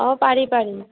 অঁ পাৰি পাৰি